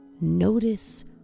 notice